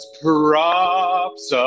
props